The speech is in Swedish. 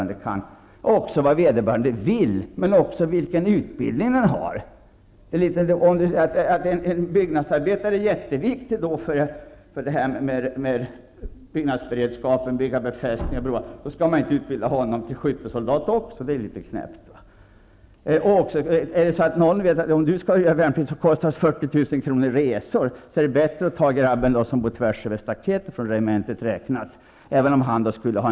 Men det gäller också att se till vad vederbörande vill och vilken utbildning personen i fråga har. När det gäller byggnadsberedskapen -- det kan handla om byggandet av t.ex. befästningar och broar -- är det mycket viktigt att ta vara på t.ex. en byggnadsarbetares erfarenheter i stället för att utbilda honom till skyttesoldat. Det vore ju litet ''knäppt'' att utbilda honom till en sådan. Om det är så att det för den som skall göra värnplikten handlar om resor som kostar 40 000 kr.